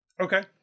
Okay